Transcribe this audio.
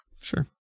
Sure